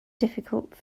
difficult